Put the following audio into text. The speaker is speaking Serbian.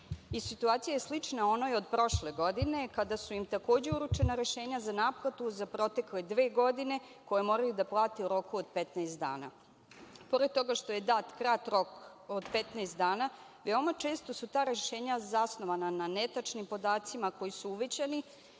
Situacija slična onoj od prošle godine, kada su im takođe uručena rešenja za naplatu za protekle dve godine koje moraju da plate u roku od 15 dana. Pored toga što je dat kratak rok od 15 dana, veoma često su ta rešenja zasnovana na netačnim podacima koji su uvećani,